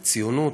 לציונות,